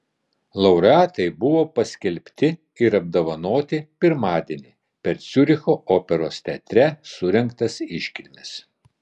laureatai buvo paskelbti ir apdovanoti pirmadienį per ciuricho operos teatre surengtas iškilmes